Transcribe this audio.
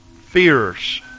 fierce